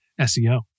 SEO